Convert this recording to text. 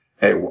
hey